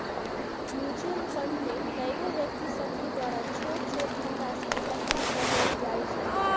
mutual fund में कएगो व्यक्ति सभके द्वारा छोट छोट धनराशि एकठ्ठा क लेल जाइ छइ